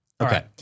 Okay